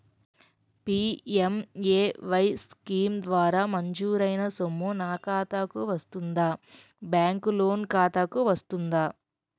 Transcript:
PMAY scheme ద్వారా మంజూరైన సొమ్ము నా ఖాతా కు వస్తుందాబ్యాంకు లోన్ ఖాతాకు వస్తుందా?